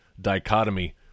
dichotomy